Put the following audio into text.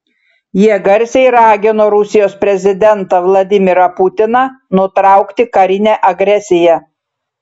jie garsiai ragino rusijos prezidentą vladimirą putiną nutraukti karinę agresiją